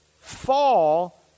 Fall